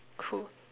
cool